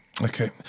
Okay